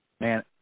Man